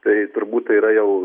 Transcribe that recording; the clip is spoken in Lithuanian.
tai turbūt tai yra jau